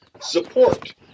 support